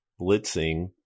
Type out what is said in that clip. blitzing